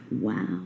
wow